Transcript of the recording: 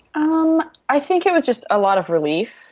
um i think it was just a lot of relief.